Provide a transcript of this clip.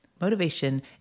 Motivation